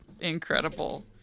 Incredible